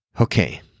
Okay